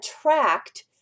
attract